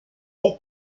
est